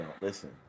Listen